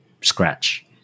scratch